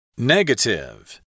Negative